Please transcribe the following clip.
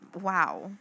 wow